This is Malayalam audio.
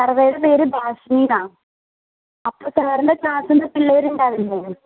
സർവ്വേടെ പേര് ഭാഷിണിന്നാണ് അപ്പോൾ സാറിൻ്റെ ക്ലാസിലെ പിള്ളേരുണ്ടാവില്ലേ